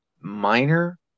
minor